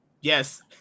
Yes